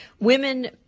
women